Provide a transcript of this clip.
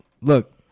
look